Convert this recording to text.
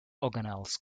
organelles